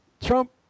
Trump